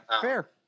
fair